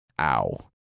Ow